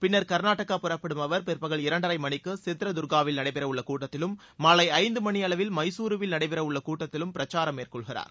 பின்னர் கர்நாடக புறப்படும் அவர் பிற்பகல் இரண்டரை மணிக்கு சித்ரதர்காவில் நடைபெறவுள்ள கூட்டத்திலும் மாலை ஐந்து மணி அளவில் மைசூருவில் நடைபெறவுள்ள கூட்டத்திலும் பிரச்சாரம் மேற்கொள்கிறார்